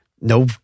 no